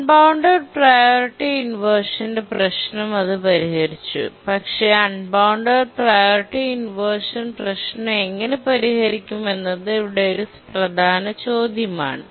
unbounded priority ഇൻവെർഷൻന്റെ പ്രശ്നം ഇത് പരിഹരിച്ചു പക്ഷേ അൺബൌണ്ടഡ് പ്രിയോറിറ്റി ഇൻവെർഷൻ പ്രശ്നം എങ്ങനെ പരിഹരിക്കും എന്നത് ഇവിടെ ഒരു പ്രധാന ചോദ്യമാണ്